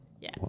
Yes